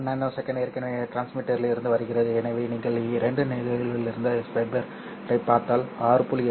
1ns ஏற்கனவே டிரான்ஸ்மிட்டரிலிருந்து வருகிறது எனவே நீங்கள் இரண்டு நிகழ்வுகளுக்கு ஃபைபரைப் பார்த்தால் 6